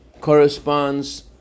corresponds